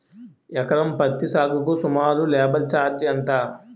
ఎకరం పత్తి సాగుకు సుమారు లేబర్ ఛార్జ్ ఎంత?